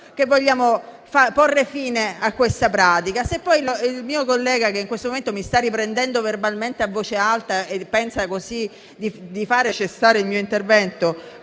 che vogliamo porre fine a questa pratica. *(Commenti)*. Se poi il mio collega, che in questo momento mi sta riprendendo verbalmente a voce alta, pensa di far cessare il mio intervento